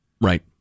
Right